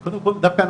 הכלכלית,